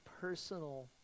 personal